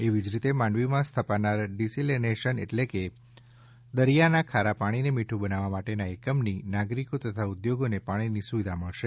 એવી જ રીતે માંડવીમાં સ્થપનાર ડિસેલીનેશન એટલે કે દરીયાના ખારા પાણીને મીઠ્ઠ બનાવવા માટેના એકમથી નાગરિકો તથા ઉદ્યોગોને પાણીની સુવિધા મળશે